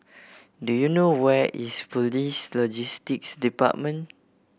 do you know where is Police Logistics Department